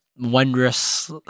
wondrous